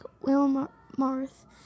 Wilmarth